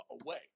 away